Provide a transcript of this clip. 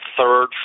third